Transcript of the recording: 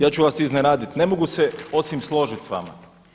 Ja ću vas iznenaditi, ne mogu se osim složiti s vama.